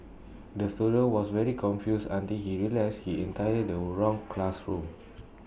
the student was very confused until he realised he entered the wrong classroom